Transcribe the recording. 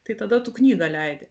tai tada tu knygą leidi